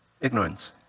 Ignorance